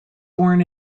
born